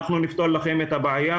אנחנו נפתור לכם את הבעיה,